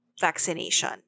vaccination